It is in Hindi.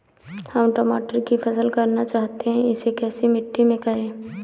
हम टमाटर की फसल करना चाहते हैं इसे कैसी मिट्टी में करें?